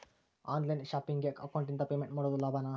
On line ಶಾಪಿಂಗಿಗೆ ಅಕೌಂಟಿಂದ payment ಮಾಡೋದು ಲಾಭಾನ?